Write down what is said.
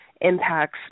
impacts